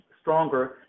stronger